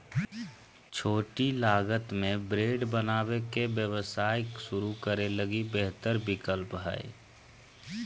छोटी लागत में ब्रेड बनावे के व्यवसाय शुरू करे लगी बेहतर विकल्प हइ